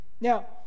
Now